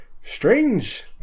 Strange